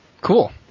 Cool